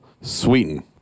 Sweeten